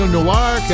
Noir